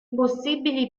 possibili